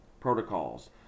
protocols